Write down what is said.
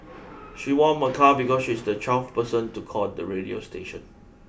she won a car because she was the twelfth person to call the radio station